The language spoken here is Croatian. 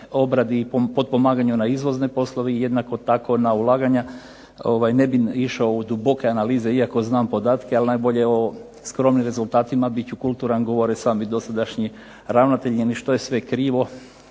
obradi i potpomagati na izvozne poslove i jednako tako i na ulaganja. Ne bih išao u duboke analize iako znam podatke a najbolje o skromnim rezultatima bit ću kulturan govore sami dosadašnji ravnatelji, ni sve što je krivo.